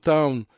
Town